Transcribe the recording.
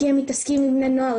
כי הם מתעסקים עם בני נוער.